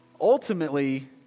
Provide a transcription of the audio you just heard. ultimately